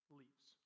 leaves